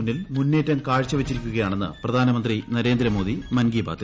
മുന്നിൽ മുന്നേറ്റം കാഴ്ച വച്ചിരിക്കുകയാണെന്ന് പ്രധാനമന്ത്രി നരേന്ദ്രമോദി മൻ കിട്ടു ബാത്തിൽ